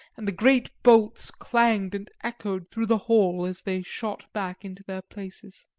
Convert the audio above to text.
and the great bolts clanged and echoed through the hall as they shot back into their places.